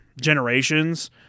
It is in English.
generations